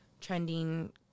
trending